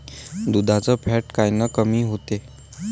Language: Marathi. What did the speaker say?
दुधाचं फॅट कायनं कमी होते?